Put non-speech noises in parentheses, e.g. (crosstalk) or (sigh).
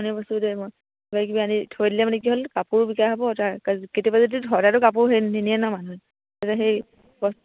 (unintelligible) কিবা কিবি আনি থৈ দিলে মানে কি হ'ল কাপোৰও বিকা হ'ব তাৰ (unintelligible) কেতিয়াবা যদি (unintelligible) কাপোৰটো নিনিয়ে নহয় মানুহে (unintelligible) তেতিয়া সেই